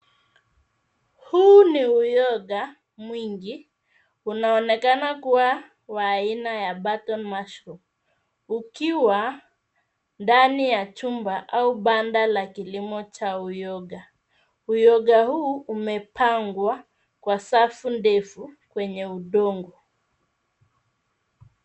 Huu ni uyoga mwingi, unaonekana kua wa aina ya button mushroom, ukiwa ndani ya chumba au banda la kilimo cha uyoga. Uyoga huu umepangwa kwa safu ndefu, kwenye udongo.